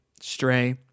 Stray